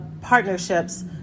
partnerships